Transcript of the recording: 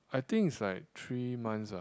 I think is like three months ah